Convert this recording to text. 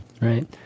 Right